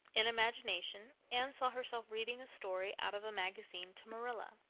in imagination anne saw herself reading a story out of a magazine to marilla,